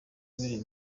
ryabereye